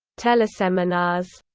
teleseminars.